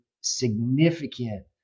significant